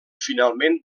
finalment